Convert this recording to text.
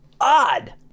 odd